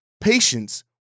patience